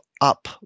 UP